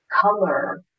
color